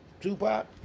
Tupac